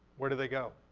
where do they go?